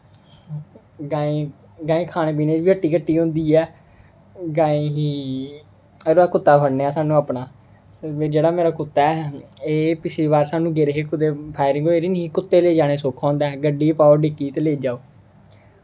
गाएं खाने पीने गी बी हट्टी कट्टी होंदी ऐ गाएं गी एह्दा कुत्ता फगड़ने सानूं अपना जेह्ड़ा कुत्ता ऐ पिछली बार अस गेदे हे कुदै फायरिंग होई दी ही नी कुत्ते गी जाना सौखा होंदा ऐ गड्डी पाओ डिक्की ते लेई जाओ